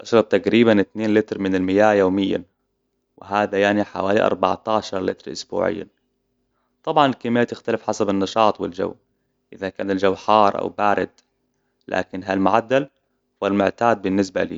أشرب تقريباً اتنين لتر من المياه يومياً. وهذا يعني حوالي اربعتاشر لتر أسبوعياً. طبعاً الكميات تختلف حسب النشاط والجو. إذا كان الجو حار أو بارد. لكن هالمعدل هوالمعتاد بالنسبة لي.